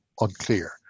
unclear